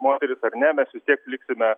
moteris ar ne mes vis tiek liksime